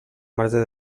marge